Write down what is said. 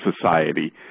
society